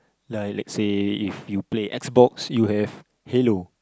like let's say if you play Xbox you have Halo